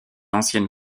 ancienne